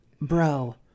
bro